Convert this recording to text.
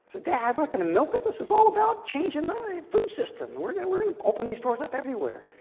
so yeah but going to milk it. this is all about changing the food system. we're going we're going to open these stores up everywhere.